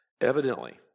Evidently